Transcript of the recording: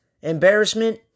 Embarrassment